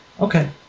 Okay